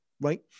right